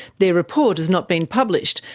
their report has not been published,